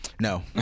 no